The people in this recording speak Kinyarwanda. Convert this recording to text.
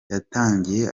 yatangiye